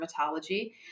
dermatology